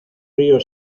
río